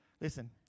listen